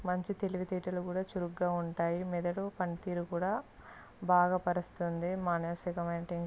మంచి తెలివితేటలు కూడా చురుగ్గా ఉంటాయి మెదడు పనితీరు కూడా బాగుపరుస్తుంది మానసికమైన టేన్ష